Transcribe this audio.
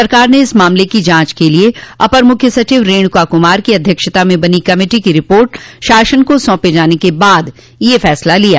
सरकार ने इस मामले की जाच के लिये अपर मुख्य सचिव रेणुका कुमार की अध्यक्षता में बनी कमेटी की रिपोर्ट शासन को सौंपे जाने के बाद यह फैसला लिया